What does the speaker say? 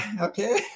okay